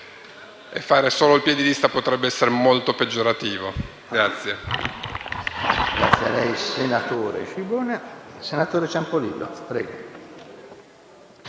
e fare solo il piè di lista potrebbe essere molto peggiorativo.